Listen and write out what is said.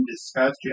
discussed